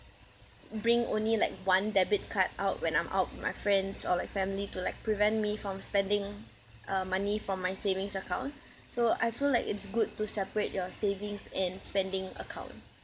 bring only like one debit card out when I'm out with my friends or like family to like prevent me from spending uh money from my savings account so I feel like it's good to separate your savings and spending account